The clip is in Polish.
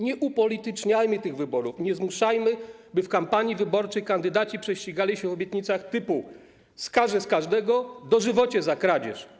Nie upolityczniajmy tych wyborów, nie zmuszajmy, by w kampanii wyborczej kandydaci prześcigali się w obietnicach typu: skażę każdego, dożywocie za kradzież.